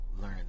learn